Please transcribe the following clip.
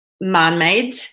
man-made